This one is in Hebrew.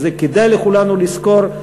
וכדאי לכולנו לזכור,